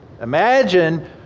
Imagine